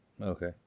okay